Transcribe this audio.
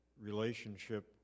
relationship